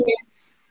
kids